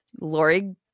Lori